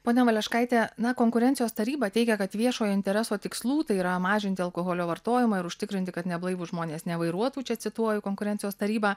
ponia valeškaite na konkurencijos taryba teigia kad viešojo intereso tikslų tai yra mažinti alkoholio vartojimą ir užtikrinti kad neblaivūs žmonės nevairuotų čia cituoju konkurencijos tarybą